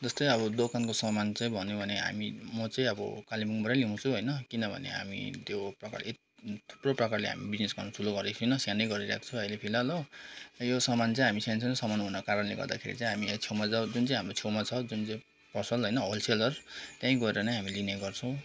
जस्तै अब दोकानको सामान चाहिँ भन्यो भने हामी म चाहिँ अब कालिम्पोङबाटै ल्याउँछु होइन किनभने हामी त्यो प्रकारले थुप्रै प्रकारले हामी बिजिनेस ठुलो गरेको छैन सानै गरिरहेको छु अहिले फिलहाल हो यो सामान चाहिँ हामी सान सानो सामान हुनको कारणले गर्दाखेरि चाहिँ हामी यहीँ छेउमा जाऊ जुन चाहिँ हाम्रो छेउमा छ जुन चाहिँ पसल होइन होलसेलर त्यहीँ गएर नै हामी लिने गर्छौँ